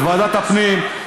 את ועדת הפנים,